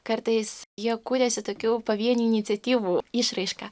kartais jie kuriasi tokių pavienių iniciatyvų išraiška